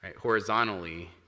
horizontally